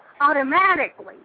automatically